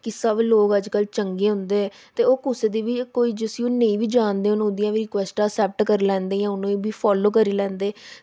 कि सब लोग अजकल्ल चंगे होंदे ते ओह् कुसै दी बी कोई जिस्सी ओह् नेईं बी जानदे होन ओह्दियां बी रिक्वैस्टां असैप्ट करी लैंदे जां उ'नें गी बी फालो करी लैंदे